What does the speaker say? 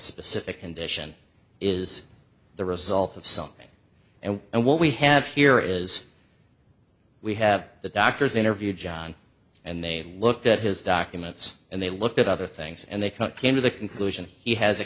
specific condition is the result of something and and what we have here is we have the doctors interviewed john and they looked at his documents and they looked at other things and they came to the conclusion he has a